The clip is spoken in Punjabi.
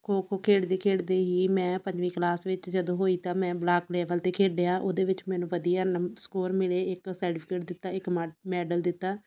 ਖੋ ਖੋ ਖੇਡਦੇ ਖੇਡਦੇ ਹੀ ਮੈਂ ਪੰਜਵੀਂ ਕਲਾਸ ਵਿੱਚ ਜਦੋਂ ਹੋਈ ਤਾਂ ਮੈਂ ਬਲਾਕ ਲੈਵਲ 'ਤੇ ਖੇਡਿਆ ਉਹਦੇ ਵਿੱਚ ਮੈਨੂੰ ਵਧੀਆ ਨੰਬ ਸਕੋਰ ਮਿਲੇ ਇੱਕ ਸਰਟੀਫਿਕੇਟ ਦਿੱਤਾ ਇੱਕ ਮਾਡ ਮੈਡਲ ਦਿੱਤਾ